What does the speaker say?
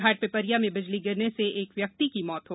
घाट पिपरिया में बिजली गिरने से एक व्यक्ति की मौत है